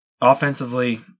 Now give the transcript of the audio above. Offensively